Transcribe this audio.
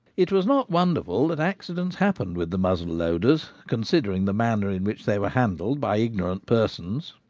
it was not wonderful that accidents happened with the muzzle-loaders, considering the manner in which they were handled by ignorant persons.